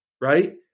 Right